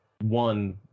one